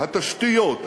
התשתיות,